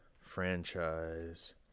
franchise